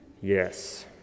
Yes